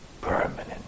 permanent